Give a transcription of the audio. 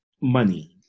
money